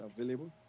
available